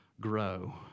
grow